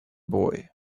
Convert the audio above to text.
boy